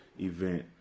Event